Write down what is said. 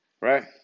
right